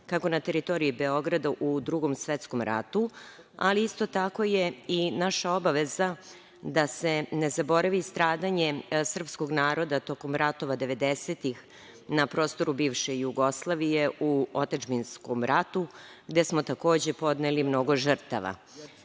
kako na teritoriji Beograda u Drugom svetskom ratu, ali isto tako je i naša obaveza da se ne zaboravi stradanje srpskog naroda tokom ratova 90-tih na prostoru bivše Jugoslavije u otadžbinskom ratu, gde smo takođe podneli mnogo žrtava. Žrtve